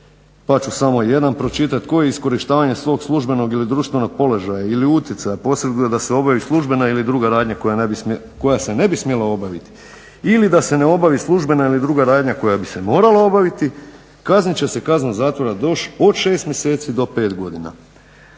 pa ću samo jedan pročitat, koji iskorištavanjem svog službenog ili društvenog položaja ili utjecaja posreduje da se obavi službena ili druga radnja koja se ne bi smjela obaviti ili da se ne obavi službena ili druga radnja koja bi se morala obaviti kaznit će se kaznom zatvora od 6 mjeseci do 5 godina.